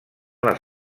les